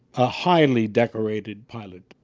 a highly decorated pilot.